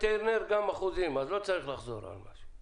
על כך צריך להשאיר את זה ברמת הסבירות,